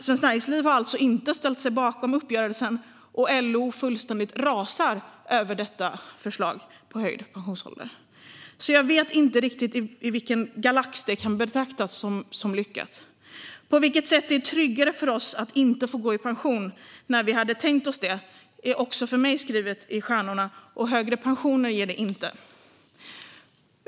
Svenskt Näringsliv har inte ställt sig bakom uppgörelsen, och LO fullständigt rasar över förslaget om höjd pensionsålder. Jag vet alltså inte riktigt i vilken galax det kan betraktas som lyckat. På vilket sätt det är tryggare för oss att inte få gå i pension när vi hade tänkt oss står också skrivet i stjärnorna. Högre pensioner ger det inte heller.